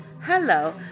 hello